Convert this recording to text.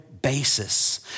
basis